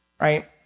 right